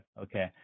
okay